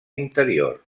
interior